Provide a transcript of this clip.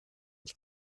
ich